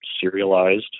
serialized